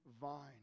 vine